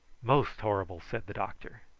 most horrible! said the doctor.